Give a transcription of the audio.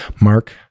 Mark